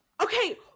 Okay